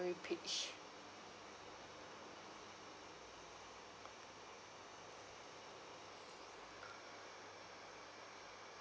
page